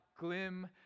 glim